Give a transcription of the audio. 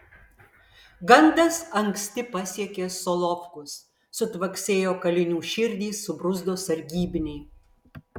gandas anksti pasiekė solovkus sutvaksėjo kalinių širdys subruzdo sargybiniai